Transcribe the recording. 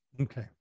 Okay